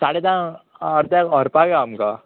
साडे धां ते व्हरपा यो आमकां